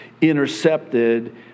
intercepted